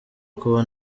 kuba